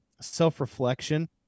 Self-reflection